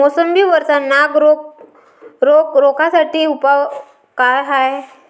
मोसंबी वरचा नाग रोग रोखा साठी उपाव का हाये?